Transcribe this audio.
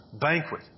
banquet